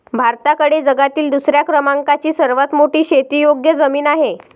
भारताकडे जगातील दुसऱ्या क्रमांकाची सर्वात मोठी शेतीयोग्य जमीन आहे